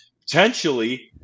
potentially